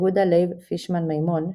יהודה לייב פישמן מימון,